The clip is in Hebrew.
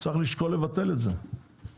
צריך לשקול לבטל את זה.